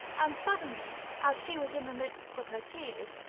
and suddenly as she was in the midst of her tears,